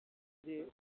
जी